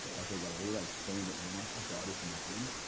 as they got older i explained it more. my daughter is nine.